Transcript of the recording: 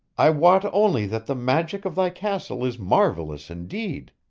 i wot only that the magic of thy castle is marvelous indeed.